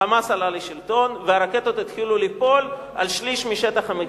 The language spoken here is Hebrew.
ה"חמאס" עלה לשלטון והרקטות התחילו ליפול על שליש משטח המדינה.